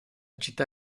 città